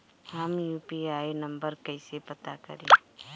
हम UPI number कइसे पता करी?